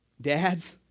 Dads